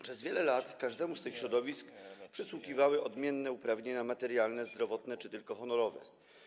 Przez wiele lat każdemu z tych środowisk przysługiwały odmienne uprawnienia materialne, zdrowotne czy tylko honorowe.